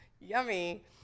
Yummy